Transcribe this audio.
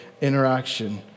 interaction